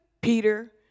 Peter